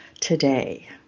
today